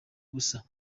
busa